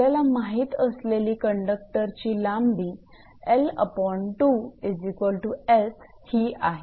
आपल्याला माहीत असलेली कंडक्टरची लांबी ही आहे